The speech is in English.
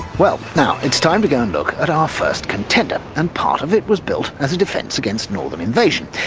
well, now it's time to go and look at our first contender, and part of it was built as a defence against northern invasion,